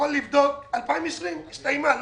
שנת 2020 שהסתיימה.